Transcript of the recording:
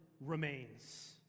remains